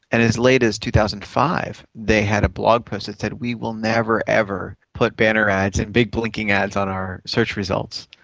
and as late as two thousand and five they had a blog post that said we will never, ever put banner ads and big blinking ads on our search results',